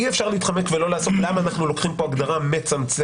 אי-אפשר להתחמק ולא לעסוק בלמה אנחנו לוקחים פה הגדרה מצמצמת.